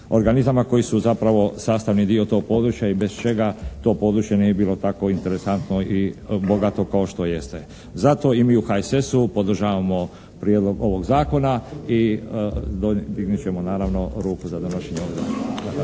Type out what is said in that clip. koji su zapravo sastavni dio tog područja i bez čega to područje ne bi bilo tako interesantno i bogato kao što jeste. Zato i mi u HSS-u podržavamo prijedlog ovog zakona i dignut ćemo naravno ruku za donošenje ovog zakona.